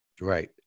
Right